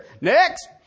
Next